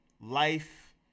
life